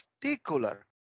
particular